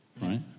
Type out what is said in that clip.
right